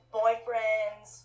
boyfriends